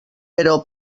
però